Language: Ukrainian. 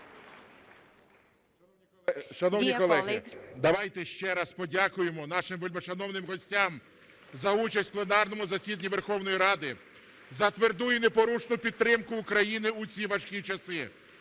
Шановні колеги, давайте ще раз подякуємо нашим вельмишановним гостям за участь в пленарному засіданні Верховної Ради України за тверду і непорушну підтримку України у ці важкі часи.